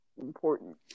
important